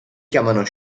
chiamano